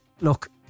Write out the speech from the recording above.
look